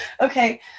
Okay